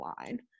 line